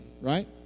right